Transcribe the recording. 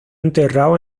enterrado